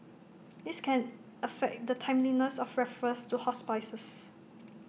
this can affect the timeliness of referrals to hospices